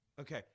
Okay